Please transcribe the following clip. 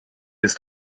ist